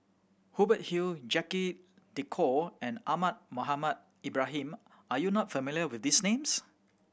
Hubert Hill Jacque De Coutre and Ahmad Mohamed Ibrahim are you not familiar with these names